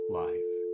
life